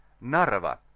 Narva